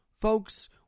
folks